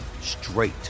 straight